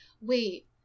wait